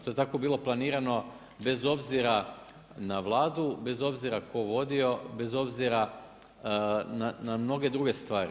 To je tako bilo planirano bez obzira na Vladu, bez obzira tko vodio, bez obzira na mnoge druge stvari.